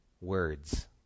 words